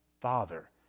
father